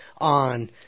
on